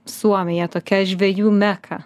suomija tokia žvejų meka